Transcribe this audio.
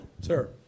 Sir